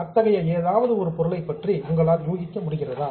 அத்தகைய ஏதாவது ஒரு பொருளைப்பற்றி உங்களால் யூகிக்க முடிகிறதா